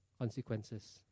consequences